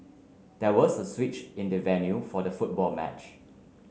there was a switch in the venue for the football match